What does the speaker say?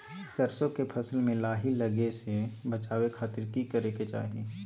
सरसों के फसल में लाही लगे से बचावे खातिर की करे के चाही?